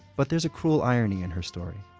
but there's a cruel irony in her story.